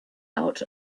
out